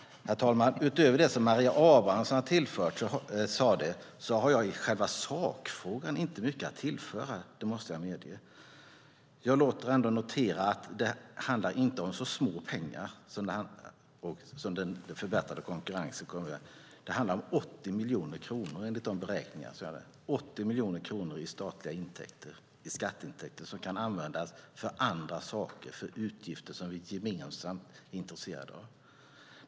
Herr talman! Utöver det som Maria Abrahamsson sade har jag i själva sakfrågan inte mycket att tillföra, måste jag medge. Jag låter ändå notera att det inte handlar om så små pengar som den förbättrade konkurrensen kommer att ge. Det handlar enligt beräkningarna om 80 miljoner kronor i statliga skatteintäkter som kan användas för andra saker, för utgifter som vi gemensamt är intresserade av.